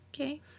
Okay